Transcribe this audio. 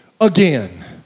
again